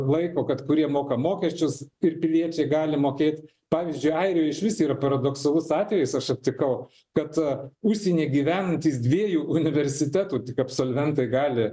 laiko kad kurie moka mokesčius ir piliečiai gali mokėt pavyzdžiui airijoj išvis yra paradoksalus atvejis aš aptikau kad užsieny gyvenantys dviejų universitetų tik absolventai gali